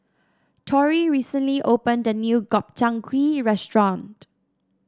Torrey recently opened a new Gobchang Gui Restaurant